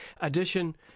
addition